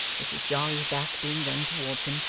mrs jarley's back being then towards him,